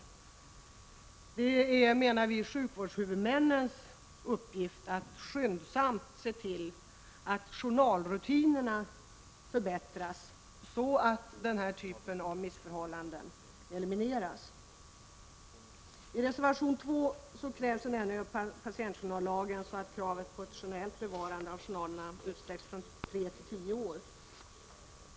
Vi menar att det är sjukvårdshuvudmännens uppgift att skyndsamt se till journalrutinerna förbättras så att den här typen av missförhållanden elimineras. I reservation 2 krävs en ändring av patientjournallagen så att kravet på ett rationellt bevarande utsträcks från tre till tio år.